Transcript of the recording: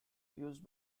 used